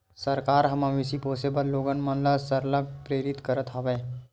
सरकार ह मवेशी पोसे बर लोगन मन ल सरलग प्रेरित करत हवय